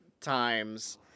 times